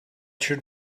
should